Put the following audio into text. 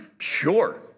Sure